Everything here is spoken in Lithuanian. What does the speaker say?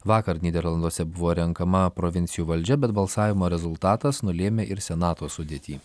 vakar nyderlanduose buvo renkama provincijų valdžia bet balsavimo rezultatas nulėmė ir senato sudėtį